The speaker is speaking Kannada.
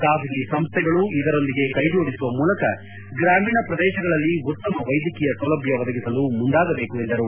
ಖಾಸಗಿ ಸಂಸ್ಥೆಗಳು ಇದರೊಂದಿಗೆ ಕೈ ಜೋಡಿಸುವ ಮೂಲಕ ಗ್ರಾಮೀಣ ಪ್ರದೇಶಗಳಲ್ಲಿ ಉತ್ತಮ ವೈದ್ಯಕೀಯ ಸೌಲಭ್ಣ ಒದಗಿಸಲು ಮುಂದಾಗಬೇಕು ಎಂದರು